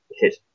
hit